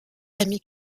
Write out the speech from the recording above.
jamais